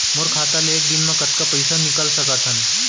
मोर खाता ले एक दिन म कतका पइसा ल निकल सकथन?